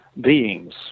beings